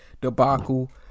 debacle